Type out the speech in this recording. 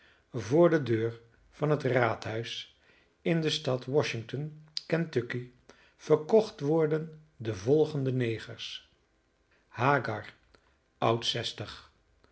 voor de deur van het raadhuis in de stad washington kentucky verkocht worden de volgende negers hagar oud